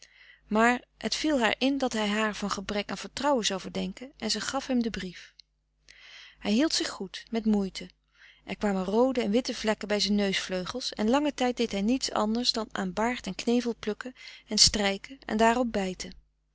maar het viel haar in dat hij haar van gebrek aan vertrouwen zou verdenken en ze gaf hem den brief hij hield zich goed met moeite er kwamen roode en witte vlekken bij zijn neusvleugels en langen tijd deed hij niet anders dan aan baard en knevel plukken en strijken en daarop bijten